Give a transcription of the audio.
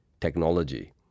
technology